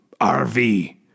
RV